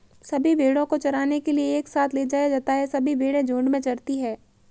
सभी भेड़ों को चराने के लिए एक साथ ले जाया जाता है सभी भेड़ें झुंड में चरती है